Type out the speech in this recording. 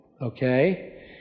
okay